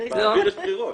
עוד סיבה ללכת לבחירות.